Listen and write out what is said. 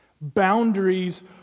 Boundaries